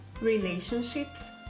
relationships